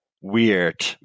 weird